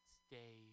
stay